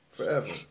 Forever